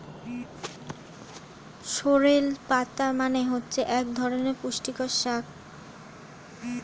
sorrel পাতা মানে হচ্ছে এক ধরনের পুষ্টিকর শাক